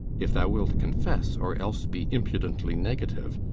if thou wilt confess or else be impudently negative,